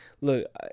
look